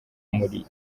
muri